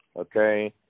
Okay